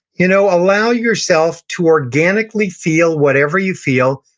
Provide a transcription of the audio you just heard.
you know allow yourself to organically feel whatever you feel,